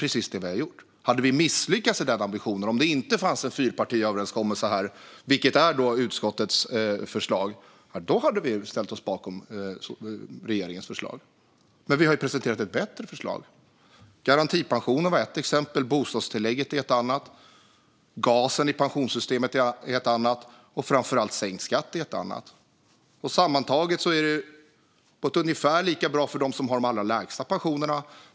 Om vi hade misslyckats i den ambitionen och det inte hade funnits en fyrpartiöverenskommelse - som nu är grunden för utskottets förslag - hade vi ställt oss bakom regeringens förslag. Men vi har presenterat ett bättre förslag. Garantipensionen är ett exempel. Bostadstillägget är ett annat. Gasen i pensionssystemet är ytterligare ett. Och framför allt handlar det om sänkt skatt. Sammantaget är förslagen på ett ungefär lika bra för dem som har de allra lägsta pensionerna.